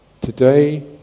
today